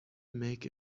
make